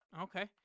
Okay